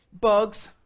Bugs